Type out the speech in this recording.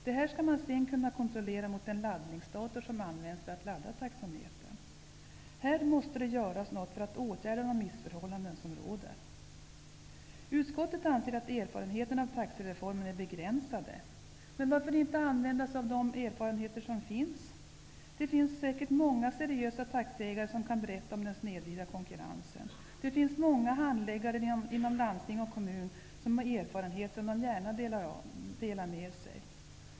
Det här skall man sedan kunna kontrollera mot den laddningsdator som används för att ladda taxametern. Något måste göras för att åtgärda de missförhållanden som råder. Utskottet anser att erfarenheterna av taxireformen är begränsade, men varför inte använda sig av de erfarenheter som finns? Det finns säkert många seriösa taxiägare som kan berätta om den snedvridna konkurrensen. Det finns många handläggare inom landsting och kommun som har erfarenheter som de gärna delar med sig.